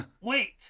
wait